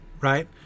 right